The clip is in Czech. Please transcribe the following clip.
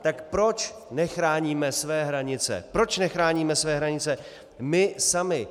Tak proč nechráníme své hranice, proč nechráníme své hranice my sami?